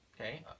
Okay